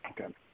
Okay